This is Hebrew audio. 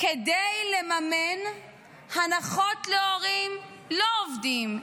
כדי לממן הנחות להורים לא עובדים,